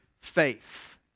faith